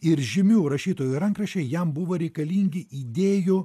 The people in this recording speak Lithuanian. ir žymių rašytojų rankraščiai jam buvo reikalingi idėjų